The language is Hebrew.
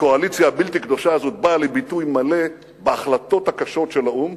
הקואליציה הבלתי קדושה הזאת באה לביטוי מלא בהחלטות הקשות של האו"ם